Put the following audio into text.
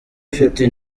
afite